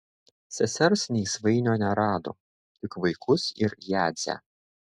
sesers nei svainio nerado tik vaikus ir jadzę